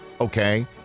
okay